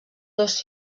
dos